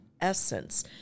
essence